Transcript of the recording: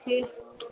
ठीक